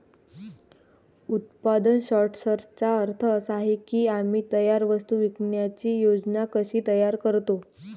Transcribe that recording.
उत्पादन सॉर्टर्सचा अर्थ असा आहे की आम्ही तयार वस्तू विकण्याची योजना कशी तयार करतो